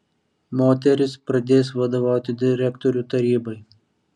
moteris pradės vadovauti direktorių tarybai